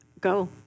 Go